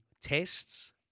tests